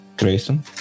Grayson